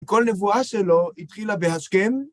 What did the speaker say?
כל נבואה שלו התחילה בהשכם.